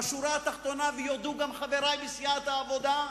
בשורה התחתונה, ויודו גם חברי בסיעת העבודה,